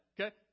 okay